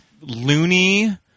loony